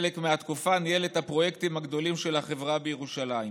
חלק מהתקופה ניהל את הפרויקטים הגדולים של החברה בירושלים.